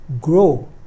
grow